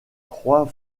croix